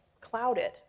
clouded